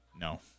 No